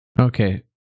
Okay